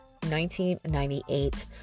1998